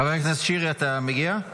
חבר הכנסת שירי, אתה מגיע?